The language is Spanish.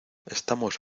estamos